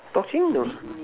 torching no